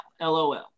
LOL